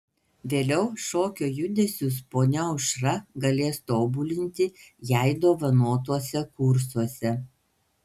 vėliau šokio judesius ponia aušra galės tobulinti jai dovanotuose kursuose